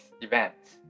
events